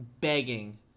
begging